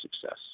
success